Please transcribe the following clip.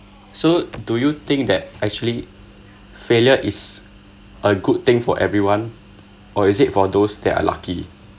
so do you think that actually failure is a good thing for everyone or is it for those that are lucky